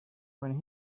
when